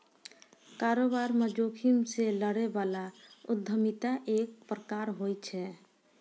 कारोबार म जोखिम से लड़ै बला उद्यमिता एक प्रकार होय छै